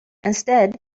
instead